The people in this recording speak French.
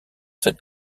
cette